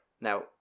Now